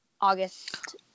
August